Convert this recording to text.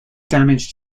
damage